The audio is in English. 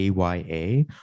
AYA